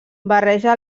barreja